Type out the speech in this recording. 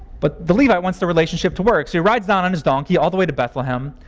but the levite wants the relationship to work so he rides down on his donkey all the way to bethlehem,